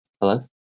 hello